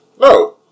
no